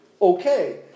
Okay